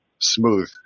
smooth